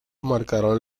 marcaron